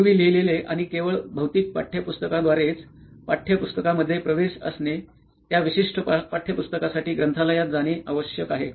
पूर्वी लिहिलेले आणि केवळ भौतिक पाठ्यपुस्तकांद्वारेच पाठ्यपुस्तकांमध्ये प्रवेश असणे त्या विशिष्ट पाठ्यपुस्तकासाठी ग्रंथालयात जाणे आवश्यक आहे